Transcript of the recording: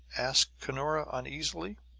asked cunora uneasily.